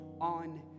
on